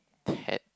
had